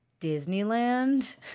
Disneyland